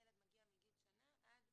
ילד מגיע מגיל שנה עד